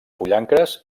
pollancres